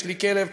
יש לי כלב,